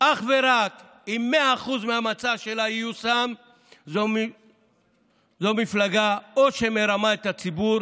אך ורק אם המצע שלה ייושם במאה אחוז זו מפלגה שאו שמרמה את הציבור